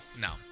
No